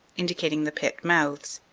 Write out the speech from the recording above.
indicating the pit mouths.